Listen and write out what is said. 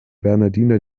bernhardiner